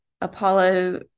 Apollo